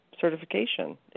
certification